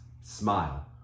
Smile